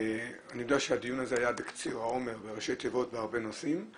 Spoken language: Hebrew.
אני יודע שהדיון הזה היה בקציר העומר ובראשי תיבות בהרבה נושאים,